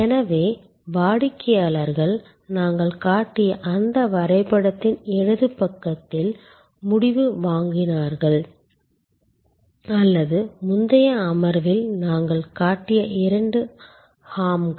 எனவே வாடிக்கையாளர்கள் நாங்கள் காட்டிய அந்த வரைபடத்தின் இடது பக்கத்தில் முடிவு வாங்கினார்கள் அல்லது முந்தைய அமர்வில் நாங்கள் காட்டிய இரண்டு ஹாம்கள்